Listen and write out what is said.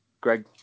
Greg